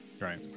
Right